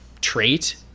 trait